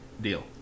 deal